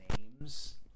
names